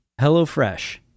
HelloFresh